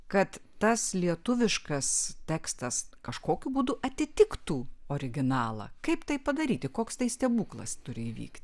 kad tas lietuviškas tekstas kažkokiu būdu atitiktų originalą kaip tai padaryti koks tai stebuklas turi įvykti